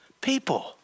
people